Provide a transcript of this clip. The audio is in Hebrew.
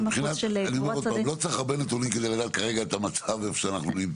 לא צריך הרבה נתונים כדי לדעת כרגע את המצב שבו אנחנו נמצאים.